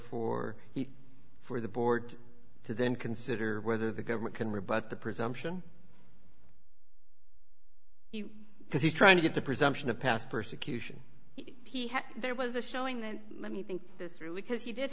for for the board to then consider whether the government can rebut the presumption because he's trying to get the presumption of past persecution he had there was a showing then let me think this really because he did